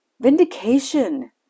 vindication